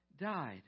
died